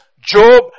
Job